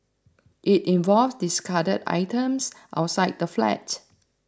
it involved discarded items outside the flat